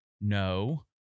no